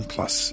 Plus